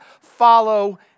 follow